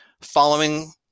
following